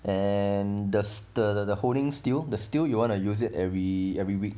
and the the the holding stale the stale you want to use it every every week